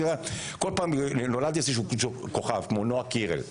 כל פעם נולד איזשהו כוכב כמו נועה קירל.